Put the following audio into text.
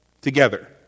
together